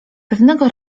pewnego